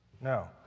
No